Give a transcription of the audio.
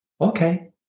okay